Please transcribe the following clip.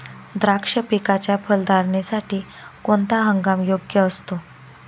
द्राक्ष पिकाच्या फलधारणेसाठी कोणता हंगाम योग्य असतो?